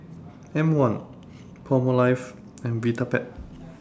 M one Palmolive and Vitapet